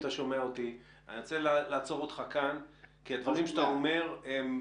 כי הדברים שאתה אומר הם,